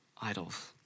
idols